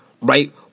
right